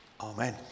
Amen